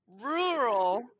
Rural